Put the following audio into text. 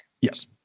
yes